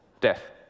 death